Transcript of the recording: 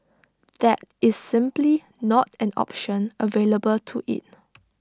that is simply not an option available to IT